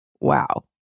wow